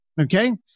Okay